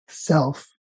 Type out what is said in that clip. Self